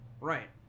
Right